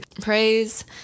Praise